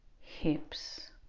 Hips